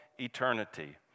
eternity